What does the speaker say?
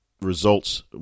results